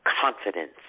confidence